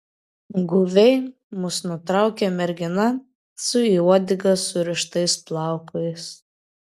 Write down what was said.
guviai mus nutraukia mergina su į uodegą surištais plaukais